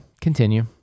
Continue